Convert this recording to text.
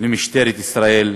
למשטרת ישראל בכנסת.